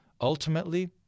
Ultimately